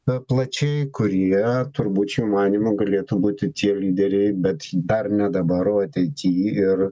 na plačiai kurie turbūt šių manymu galėtų būti tie lyderiai bet dar ne dabar o ateity ir